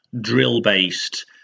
drill-based